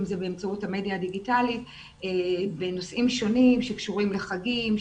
אם זה באמצעות המדיה הדיגיטלית בנושאים שונים שקשורים לחגים,